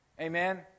Amen